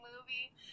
movie